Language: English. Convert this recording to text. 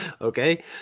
Okay